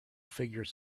figures